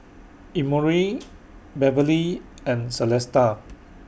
Emory Beverlee and Celesta